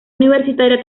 universitaria